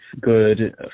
good